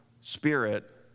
Spirit